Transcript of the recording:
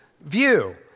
view